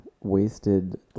wasted